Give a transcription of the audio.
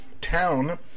town